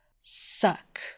Suck